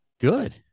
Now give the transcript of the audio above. Good